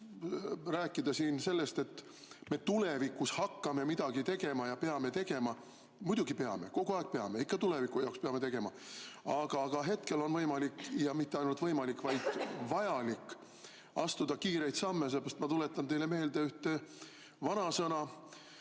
rääkida siin [ainult] sellest, et me tulevikus hakkame midagi tegema ja peame tegema. Muidugi peame! Kogu aeg peame! Ikka tuleviku jaoks peame tegema. Aga ka hetkel on võimalik – ja mitte ainult võimalik, vaid ka vajalik – astuda kiireid samme. Seepärast ma tuletan teile meelde ühte vanasõna: